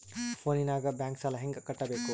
ಫೋನಿನಾಗ ಬ್ಯಾಂಕ್ ಸಾಲ ಹೆಂಗ ಕಟ್ಟಬೇಕು?